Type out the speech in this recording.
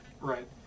Right